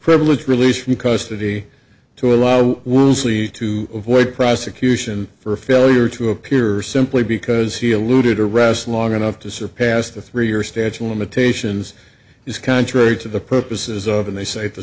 privilege released from custody to allow worsley to avoid prosecution for failure to appear or simply because he alluded arrest long enough to surpass the three year statue of limitations is contrary to the purposes of and they say the